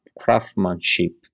craftsmanship